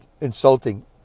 insulting